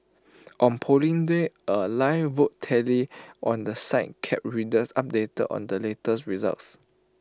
on Polling Day A live vote tally on the site kept readers updated on the latest results